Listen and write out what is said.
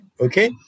Okay